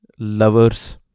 Lovers